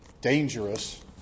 dangerous